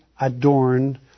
adorned